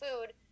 food